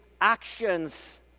actions